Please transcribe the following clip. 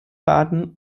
baden